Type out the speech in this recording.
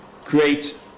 create